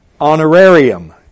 honorarium